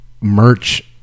merch